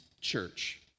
church